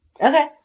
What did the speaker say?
Okay